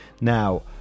Now